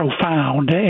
profound